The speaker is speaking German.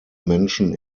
menschen